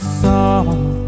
song